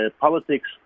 politics